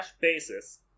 basis